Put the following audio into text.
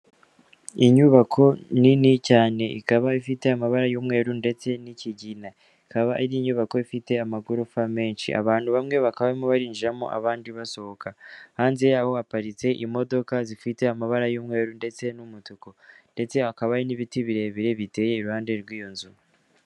Inyubako nini cyane ikaba ifite amabara y'umweru ndetse n'ikigina, ikaba ari inyubako ifite amagorofa menshi. Abantu bamwe bakaba barimo barinjiramo abandi basohoka, hanze yaho haparitse imodoka zifite amabara y'umweru ndetse n'umutuku ndetse hakaba hari n'ibiti birebire biteye iruhande rw'iyo nzu.